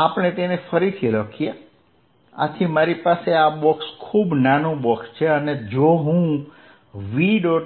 આપણે તેને ફરીથી લખીએ આથી મારી પાસે આ બોક્સ ખૂબ નાનું બોક્સ છે અને જો હું v